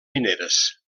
mineres